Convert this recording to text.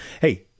Hey